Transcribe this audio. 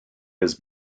has